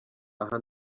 aha